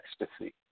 ecstasy